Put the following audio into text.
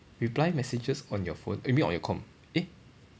reply messages on your phone you mean on your comp eh